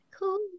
cool